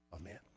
Amen